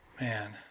Man